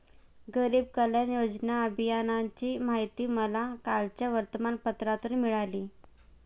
गरीब कल्याण योजना अभियानाची माहिती मला कालच्या वर्तमानपत्रातून मिळाली